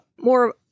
more